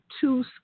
two